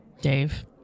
Dave